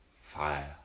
fire